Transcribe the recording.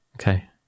Okay